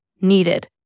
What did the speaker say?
needed